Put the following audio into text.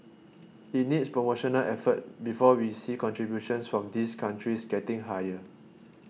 it needs promotional effort before we see contributions from these countries getting higher